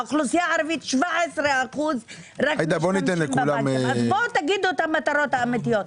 האוכלוסייה הערבית 17%. אז תגידו את המטרות האמיתיות.